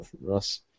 Russ